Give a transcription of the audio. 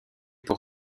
pour